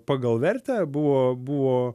pagal vertę buvo buvo